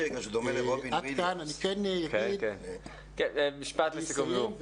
אני כן אגיד לסיום,